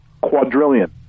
quadrillion